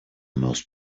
most